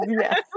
Yes